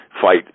fight